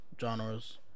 genres